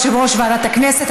יושב-ראש ועדת הכנסת.